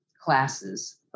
classes